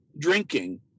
drinking